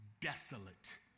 desolate